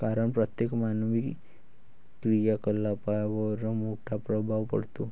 कारण प्रत्येक मानवी क्रियाकलापांवर मोठा प्रभाव पडतो